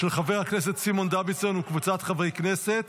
של חבר הכנסת סימון דוידסון וקבוצת חברי הכנסת,